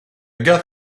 garde